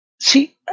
see